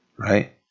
right